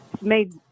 made